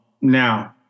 Now